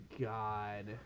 God